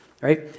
right